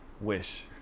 Wish